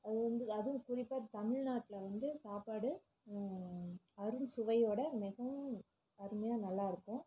அது வந்து அதுவும் குறிப்பாக தமிழ்நாட்டில் வந்து சாப்பாடு அறுஞ்சுவையோடு மிகவும் அருமையாக நல்லாயிருக்கும்